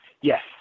Yes